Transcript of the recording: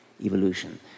evolution